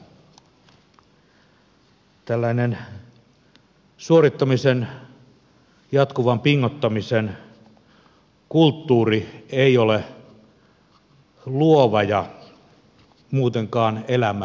tällainen suorittamisen jatkuvan pingottamisen kulttuuri ei ole luova ja muutenkaan elämää ylösrakentava